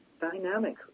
dynamic